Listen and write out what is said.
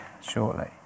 shortly